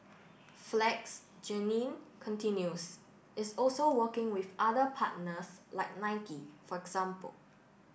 flex Jeannine continues is also working with other partners like Nike for example